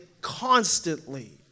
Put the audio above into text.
constantly